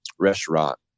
restaurant